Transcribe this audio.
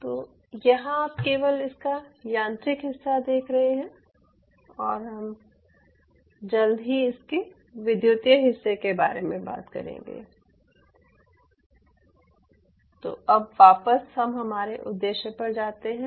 तो यहां आप केवल इसका यांत्रिक हिस्सा देख रहे हैं और हम जल्द ही इसके विद्युतीय हिस्से के बारे में बात करेंगे तो अब वापस हम हमारे उद्देश्य पर जाते हैं